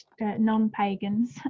non-Pagans